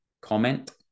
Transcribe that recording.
comment